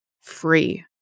free